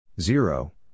Zero